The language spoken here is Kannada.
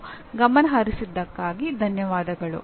ನೀವು ಗಮನಹರಿಸಿದ್ದಕ್ಕಾಗಿ ಧನ್ಯವಾದಗಳು